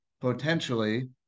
potentially